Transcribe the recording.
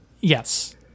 Yes